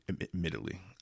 admittedly